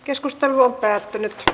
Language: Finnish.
keskustelu päättyi